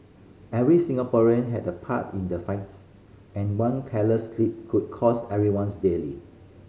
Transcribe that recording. every Singaporean had a part in the fights and one careless slip could cost everyone's dearly